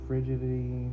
Frigidity